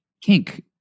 kink